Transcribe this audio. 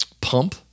pump